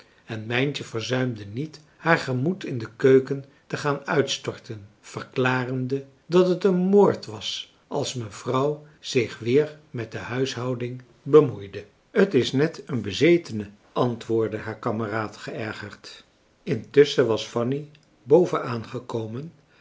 en mijntje verzuimde niet haar gemoed in de keuken te gaan uitstorten verklarende dat het een moord was als mevrouw zich weer met de huishouding bemoeide t is net een bezetene antwoordde haar kameraad geërgerd intusschen was fanny boven aangekomen